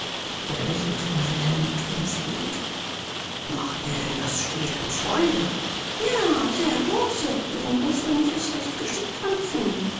hier lächelte wilhelm triumphirend präsident machte dir denn das stehlen freude wilhelm ja sehr große besonders wenn ich es recht geschickt anfing